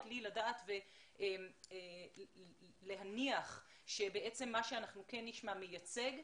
לי לדעת ולהניח שבעצם מה שאנחנו נשמע מייצג.